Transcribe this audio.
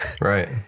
Right